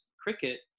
cricket